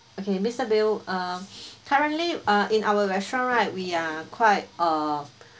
okay mister bill um currently uh in our restaurant right we are quite uh